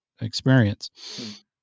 experience